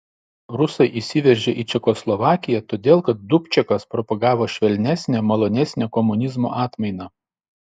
rusai įsiveržė į čekoslovakiją todėl kad dubčekas propagavo švelnesnę malonesnę komunizmo atmainą